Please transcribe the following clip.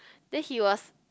then he was